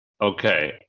Okay